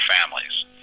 families